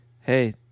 Hey